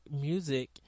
music